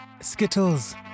Skittles